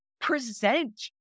present